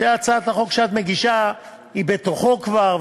שהצעת החוק שאת מגישה היא בתוכו כבר,